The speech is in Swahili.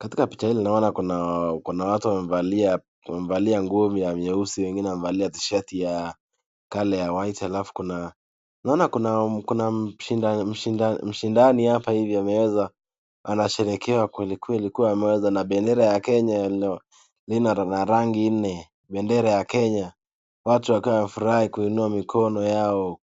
Katika picha hili naona kuna watu wamevalia nguo ya nyeusi, wengine wamevalia tishati ya kala ya white alafu naona kuna mshindani hapa hivi ameweza, anasherehekea kwelikweli kuwa ameweza na bendera ya Kenya lina rangi nne. Bendera ya Kenya. Watu wakiwa wamefurahi wakiinua mikono yao